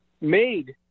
made